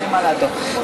נבדוק.